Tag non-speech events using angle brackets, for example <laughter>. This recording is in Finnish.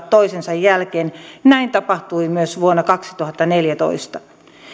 <unintelligible> toisensa jälkeen näin tapahtui myös vuonna kaksituhattaneljätoista